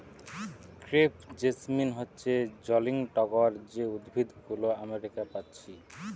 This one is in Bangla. ক্রেপ জেসমিন হচ্ছে জংলি টগর যে উদ্ভিদ গুলো আমেরিকা পাচ্ছি